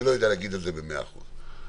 אני לא יודע להגיד במאה אחוז.